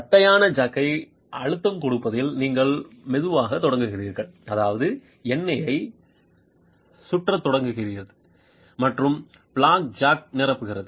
தட்டையான ஜாக்யை அழுத்தம் கொடுப்பதில் நீங்கள் மெதுவாகத் தொடங்குகிறீர்கள் அதாவது எண்ணெய் சுற்றத் தொடங்குகிறது மற்றும் ஃப்ளாக் ஜாக்கை நிரப்புகிறது